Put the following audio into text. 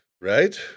right